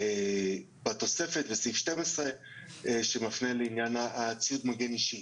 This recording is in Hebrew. בתוספת בסעיף 12 שמפנה לעניין ציוד מגן אישי,